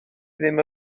ddim